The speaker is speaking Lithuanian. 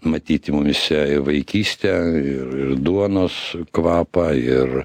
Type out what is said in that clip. matyti mumyse vaikystę ir ir duonos kvapą ir